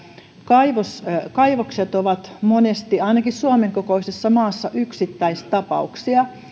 kaivokset kaivokset ovat monesti ainakin suomen kokoisessa maassa yksittäistapauksia